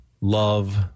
Love